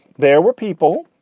there were people,